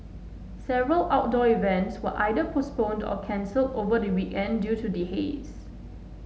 several outdoor events were either postponed or cancelled over the weekend due to the haze